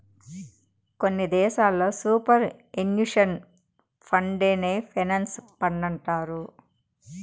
కొన్ని దేశాల్లో superannuation ఫండేనే పెన్సన్ ఫండంటారు